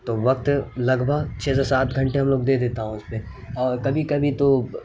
تو وقت لگ بھگ چھ سے سات گھنٹے ہم لوگ دے دیتا ہوں اس پہ اور کبھی کبھی تو